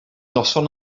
noson